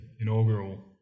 inaugural